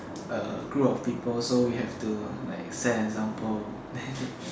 a group of people so we have to like set example